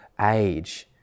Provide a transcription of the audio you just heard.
age